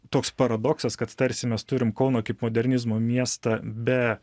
toks paradoksas kad tarsi mes turim kauno kaip modernizmo miestą be